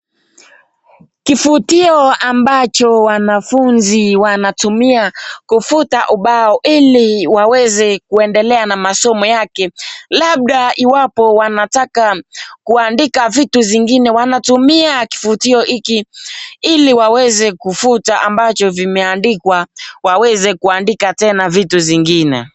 Kifutio ambacho wanafunzi wanatumia kufuta ubao ili waweze kuendelea na masomo yake labda iwapo wanataka kuandika vitu zingine wanatumia kifutio hiki ili waweze kufuta ambacho vimeandikwa waweze kuandika tena vitu zingine.